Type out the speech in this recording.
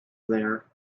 there